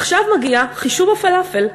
עכשיו מגיע חישוב הפלאפל.